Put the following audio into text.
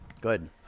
Good